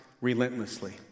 relentlessly